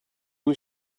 was